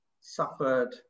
suffered